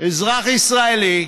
אזרח ישראלי,